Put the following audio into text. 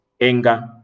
anger